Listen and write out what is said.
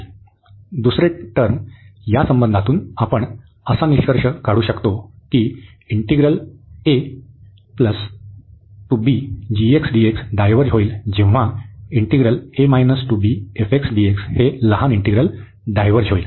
दुसरे टर्म या संबंधातून आपण असा निष्कर्ष काढू शकतो की डायव्हर्ज होईल जेव्हा हे लहान इंटिग्रल डायव्हर्ज होईल